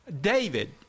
David